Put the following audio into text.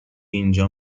اینجا